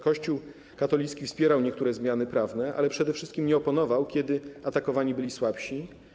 Kościół katolicki wspierał niektóre zmiany prawne, ale przede wszystkim nie oponował, kiedy atakowani byli słabsi.